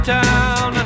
town